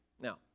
Now